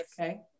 Okay